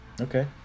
Okay